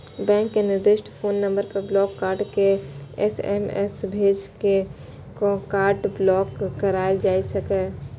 bank के निर्दिष्ट phone number पर ब्लॉक कार्ड के एस.एम.एस भेज के कार्ड ब्लॉक कराएल जा सकैए